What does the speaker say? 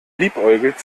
liebäugelt